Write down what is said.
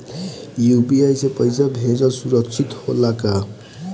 UPI से पैसा भेजल सुरक्षित होला का?